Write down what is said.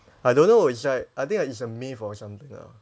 I don't know it's like I think it's a myth or something lah